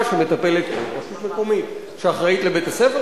שמטפלת או רשות מקומית שאחראית לבית-הספר,